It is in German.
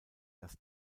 das